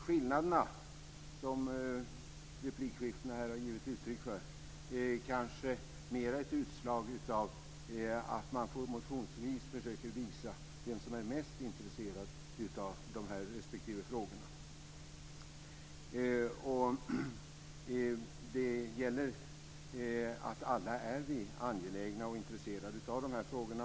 Skillnaderna, som replikskiftena här har givit uttryck för, är kanske mera ett utslag av att man motionsvis försöker visa vem som är mest intresserad av respektive frågor. Alla är vi angelägna och intresserade av de här frågorna.